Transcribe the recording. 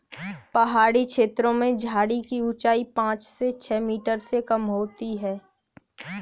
पहाड़ी छेत्रों में झाड़ी की ऊंचाई पांच से छ मीटर से कम होती है